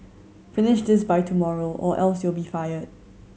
finish this by tomorrow or else you'll be fired